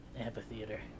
amphitheater